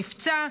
נפצע,